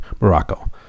Morocco